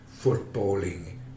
footballing